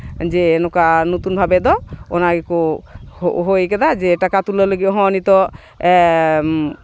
ᱡᱮ ᱱᱚᱝᱠᱟ ᱱᱚᱛᱩᱱ ᱵᱷᱟᱵᱮ ᱫᱚ ᱚᱱᱟ ᱜᱮᱠᱚ ᱦᱳᱭ ᱠᱟᱫᱟ ᱡᱮ ᱴᱟᱠᱟ ᱛᱩᱞᱟᱹᱣ ᱞᱟᱹᱜᱤᱫ ᱦᱚᱸ ᱱᱤᱛᱚᱜ